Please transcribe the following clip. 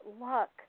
luck